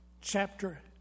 chapter